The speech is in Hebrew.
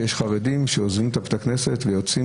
שיש חרדים שעוזבים את בתי הכנסת ויוצאים